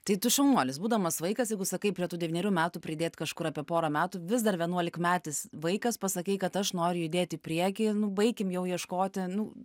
tai tu šaunuolis būdamas vaikas jeigu sakai prie tų devynerių metų pridėt kažkur apie porą metų vis dar vienuolikmetis vaikas pasakei kad aš noriu judėti į priekį nu baikim jau ieškoti nu